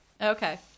Okay